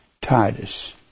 Titus